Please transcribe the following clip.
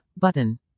button